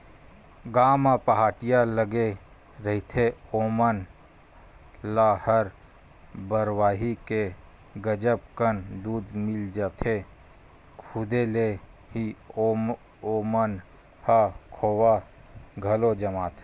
गाँव म पहाटिया लगे रहिथे ओमन ल हर बरवाही के गजब कन दूद मिल जाथे, खुदे ले ही ओमन ह खोवा घलो जमाथे